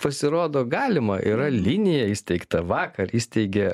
pasirodo galima yra linija įsteigta vakar įsteigė